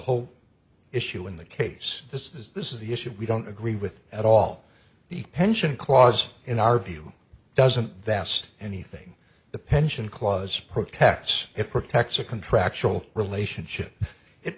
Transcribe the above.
whole issue in the case this is this is the issue we don't agree with at all the pension clause in our view doesn't vest anything the pension clause protects it protects a contractual relationship it